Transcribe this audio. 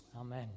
Amen